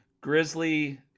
grizzly